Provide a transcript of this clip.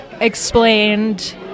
explained